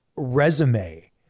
resume